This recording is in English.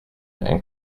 and